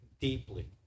deeply